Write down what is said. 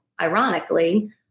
ironically